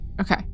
Okay